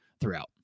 throughout